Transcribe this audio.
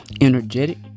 energetic